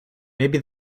maybe